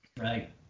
Right